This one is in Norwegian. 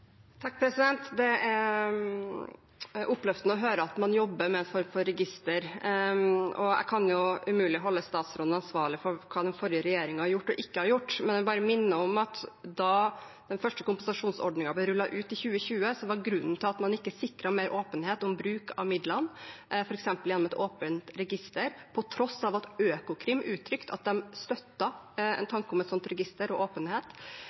er oppløftende å høre at man jobber med en form for register, og jeg kan umulig holde statsråden ansvarlig for hva den forrige regjeringen har gjort og ikke har gjort. Jeg bare minner om at da den første kompensasjonsordningen ble rullet ut i 2020, var grunnen til at man ikke sikret mer åpenhet om bruk av midlene, f.eks. gjennom et åpent register – på tross av at Økokrim uttrykte at de støttet en tanke om et slikt register og åpenhet